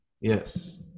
Yes